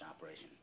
operation